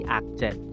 acted